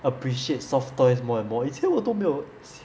appreciate soft toys more and more 以前我都没有